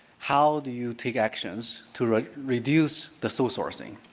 how do you take actions to reduce the sole sourcing.